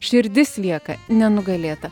širdis lieka nenugalėta